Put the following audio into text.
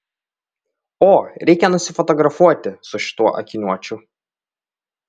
o reikia nusifotografuoti su šituo akiniuočiu